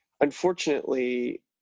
unfortunately